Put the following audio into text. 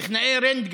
טכנאי רנטגן,